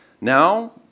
Now